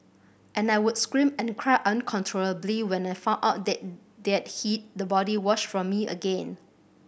and I would scream and cry uncontrollably when I found out that they are hid the body wash from me again